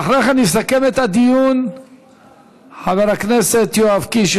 אחרי כן יסכם את הדיון חבר הכנסת יואב קיש,